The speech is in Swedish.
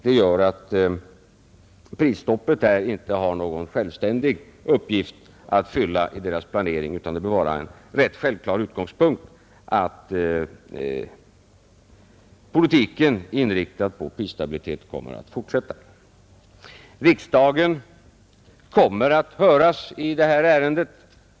Det gör att prisstoppet inte har någon självständig uppgift att fylla i deras planering, utan en självklar utgångspunkt bör vara att politiken, inriktad på prisstabilitet, kommer att fortsätta. Riksdagen kommer att höras i detta ärende.